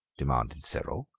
demanded cyril.